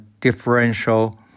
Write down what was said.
differential